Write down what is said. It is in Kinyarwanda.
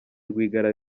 rwigara